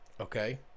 Okay